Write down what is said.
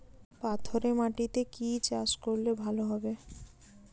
পাথরে মাটিতে কি চাষ করলে ভালো হবে?